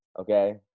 Okay